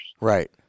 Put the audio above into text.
Right